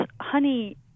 honey